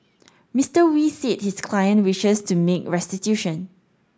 Mister Wee said his client wishes to make restitution